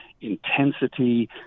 intensity